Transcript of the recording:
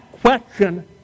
question